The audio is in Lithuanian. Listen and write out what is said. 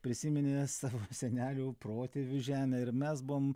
prisiminė savo senelių protėvių žemę ir mes buvom